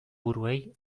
buruei